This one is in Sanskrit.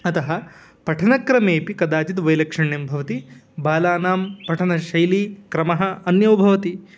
अतः पठनक्रमेऽपि कदाचिद् वैलक्षण्यं भवति बालानां पठनशैली क्रमः अन्यो भवति